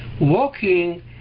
walking